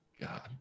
god